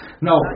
No